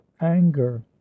anger